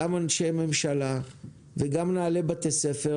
גם אנשי ממשלה וגם מנהלי בתי ספר